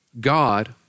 God